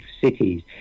cities